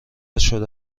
شده